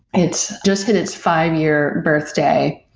it's just hit its five year birthday,